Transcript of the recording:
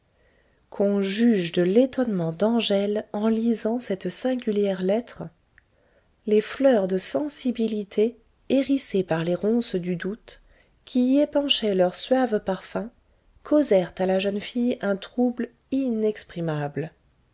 qu'on juge de l'étonnement d'angèle en lisant cette singulière lettre les fleurs de sensibilité hérissées par les ronces du doute qui y épanchaient leurs suaves parfums causèrent à la jeune fille un trouble